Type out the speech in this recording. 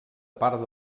part